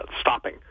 stopping